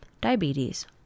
diabetes